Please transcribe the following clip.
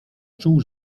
czuł